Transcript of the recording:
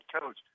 coach